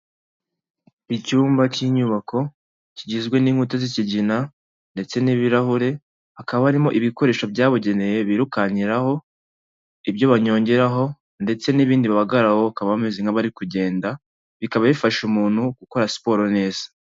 Icyumba cy'inyubako kigizwe n'inkuta z'ikigina ndetse n'ibirahure hakaba harimo ibikoresho byabugeneye birukankiraho, ibyo banyongeraho ndetse n'ibindi bahagararaho bakaba bameze nk'abari kugenda bikaba bifasha umuntu gukora siporo neza.